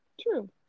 True